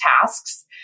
tasks